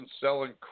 selling